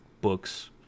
books